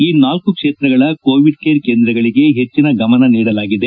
ಈ ನಾಲ್ಲು ಕ್ಷೇತ್ರಗಳ ಕೋವಿಡ್ ಕೇರ್ ಕೇಂದ್ರಗಳಿಗೆ ಹೆಚ್ಚನ ಗಮನ ನೀಡಲಾಗಿದೆ